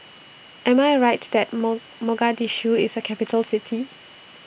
Am I Rights that Mogadishu IS A Capital City